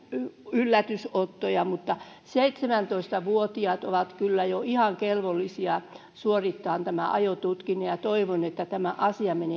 yllätysottoja mutta seitsemäntoista vuotiaat ovat kyllä jo ihan kelvollisia suorittamaan tämän ajotutkinnon ja toivon että tämä asia menee